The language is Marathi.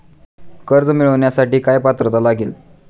कर्ज मिळवण्यासाठी काय पात्रता लागेल?